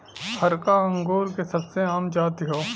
हरका अंगूर के सबसे आम जाति हौ